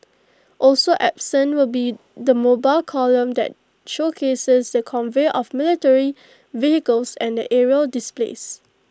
also absent will be the mobile column that showcases the convoy of military vehicles and the aerial displays